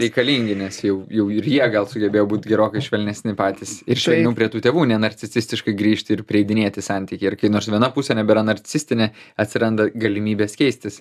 reikalingi nes jau jau ir jie gal sugebėjo būt gerokai švelnesni patys ir švelniau prie tų tėvų nenarcisistiškai grįžt ir prieidinėti santykį ir nors viena pusė nebėra narcisistinė atsiranda galimybės keistis